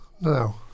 no